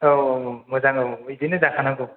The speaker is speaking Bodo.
औ औ औ मोजां औ बिदिनो जाखानांगौ